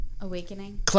Awakening